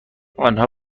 آنها